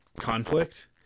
conflict